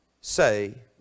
say